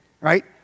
right